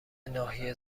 ناحیه